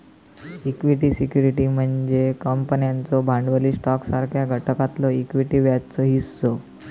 equity security म्हणजे कंपन्यांचो भांडवली स्टॉकसारख्या घटकातलो इक्विटी व्याजाचो हिस्सो